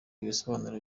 ibisobanuro